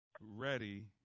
Ready